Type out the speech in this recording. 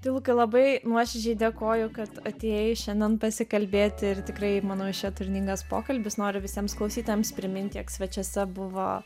tai lukai labai nuoširdžiai dėkoju kad atėjai šiandien pasikalbėti ir tikrai manau išėjo turiningas pokalbis noriu visiems klausytojams priminti jog svečiuose buvo